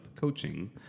coaching